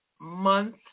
Month